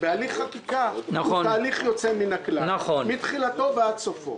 בהליך חקיקה הוא תהליך יוצא מן הכלל מתחילתו ועד סופו.